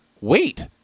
wait